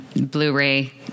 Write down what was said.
Blu-ray